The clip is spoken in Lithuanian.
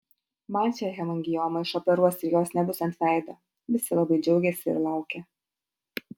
man šią hemangiomą išoperuos ir jos nebus ant veido visi labai džiaugėsi ir laukė